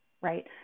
right